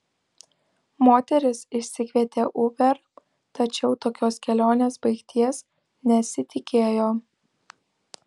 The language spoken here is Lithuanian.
moteris išsikvietė uber tačiau tokios kelionės baigties nesitikėjo